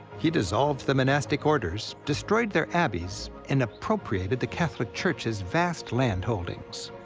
he dissolved the monastic orders, destroyed their abbeys, and appropriated the catholic church's vast land holdings.